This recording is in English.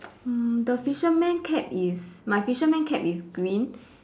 mm the fisherman cap is my fisherman cap is green